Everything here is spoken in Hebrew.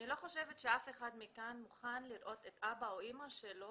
אני לא חושבת שאף אחד מכאן מוכן לראות את אבא או אמא שלו